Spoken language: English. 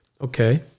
Okay